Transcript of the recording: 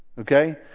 Okay